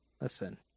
listen